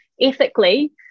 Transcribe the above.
ethically